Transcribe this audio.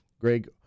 Greg